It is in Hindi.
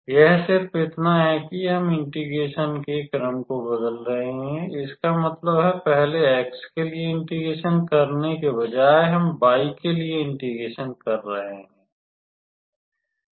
यह सिर्फ इतना है कि हम इंटिग्रेशन के क्रम को बदल रहे हैं इसका मतलब है पहले x के लिए इंटिग्रेशन करने के बजाय हम y के लिए इंटिग्रेशन कर रहे हैं